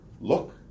Look